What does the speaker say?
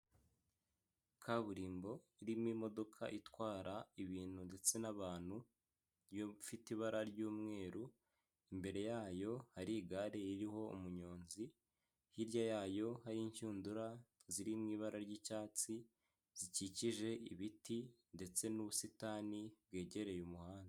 Kaburimbo irimo imodoka itwara ibintu ndetse n'abantu ifite ibara ry'umweru imbere yayo hari igare ririho umunyonzi hirya yayo hari inshundura ziri m'ibara ry'icyatsi zikikije ibiti ndetse n'ubusitani bwegereye umuhanda.